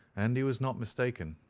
and he was not mistaken,